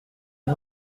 est